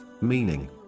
meaning